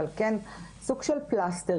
אבל כן סוג של "פלסטרים".